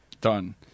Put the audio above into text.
Done